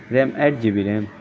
ram eight G B ram